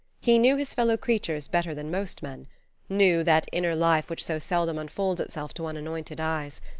he knew his fellow-creatures better than most men knew that inner life which so seldom unfolds itself to unanointed eyes.